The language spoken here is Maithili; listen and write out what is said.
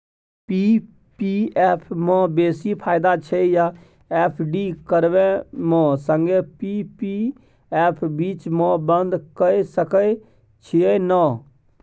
पी.पी एफ म बेसी फायदा छै या एफ.डी करबै म संगे पी.पी एफ बीच म बन्द के सके छियै न?